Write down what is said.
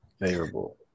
favorable